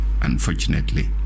Unfortunately